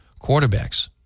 quarterbacks